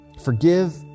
Forgive